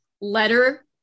letter